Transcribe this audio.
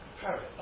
parrot